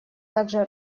также